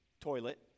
toilet